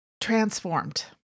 transformed